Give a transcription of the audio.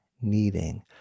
kneading